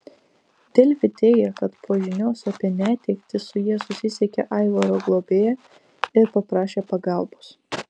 delfi teigė kad po žinios apie netektį su ja susisiekė aivaro globėja ir paprašė pagalbos